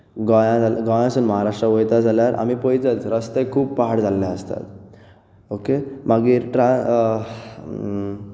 गोंया जाल्यार गोंया सावन महाराष्ट्रांत वता जाल्यार आमी पळयतात रस्ते खूब पाड जाल्ले आसतात ओके मागीर